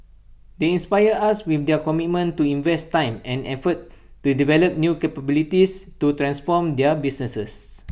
they inspire us with their commitment to invest time and effort to develop new capabilities to transform their businesses